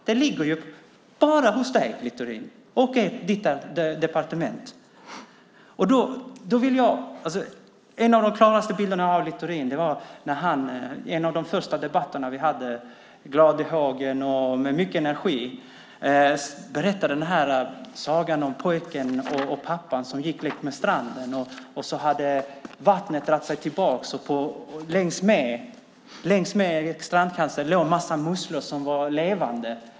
Den ligger bara hos dig, Littorin och ditt departement. En av de klaraste bilderna jag har av Littorin är när han i en av de första debatter som vi hade glad i hågen och med mycket energi berättade sagan om pojken och pappan som gick längs med stranden. Vattnet hade dragit sig tillbaka, och längs med strandkanten låg en massa musslor som var levande.